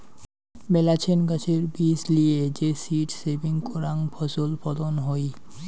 মেলাছেন গাছের বীজ লিয়ে যে সীড সেভিং করাং ফছল ফলন হই